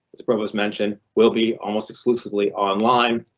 as provost mentioned will be almost exclusively online.